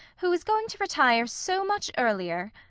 who is going to retire so much earlier